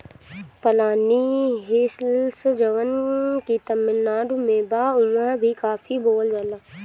पलानी हिल्स जवन की तमिलनाडु में बा उहाँ भी काफी बोअल जाला